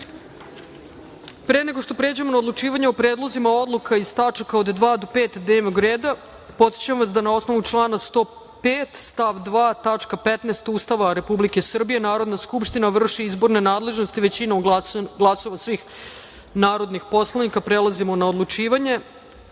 nego što pređemo na odlučivanje o predlozima odluka iz tač. 2-5 dnevnog reda, podsećam vas da na osnovu člana 105. stav 2. tačka 15) Ustava Republike Srbije, Narodna skupština vrši izborne nadležnosti većinom glasova svih narodnih poslanika. Prelazimo na odlučivanje. Stavljam